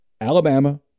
Alabama